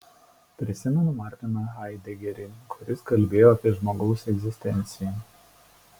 prisimenu martiną haidegerį kuris kalbėjo apie žmogaus egzistenciją